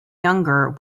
younger